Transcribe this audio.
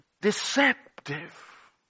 Deceptive